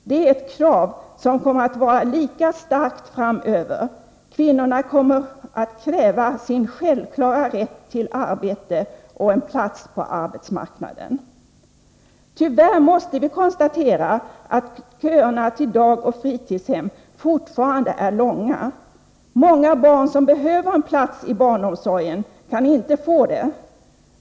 Det är ett krav som kommer att vara lika starkt framöver — kvinnorna kommer att kräva sin självklara rätt till arbete och en plats på arbetsmarknaden. Tyvärr måste vi konstatera att köerna till dagoch fritidshem fortfarande är långa — många barn som behöver en plats i barnomsorgen kan inte få det.